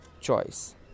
choice